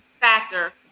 factor